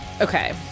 Okay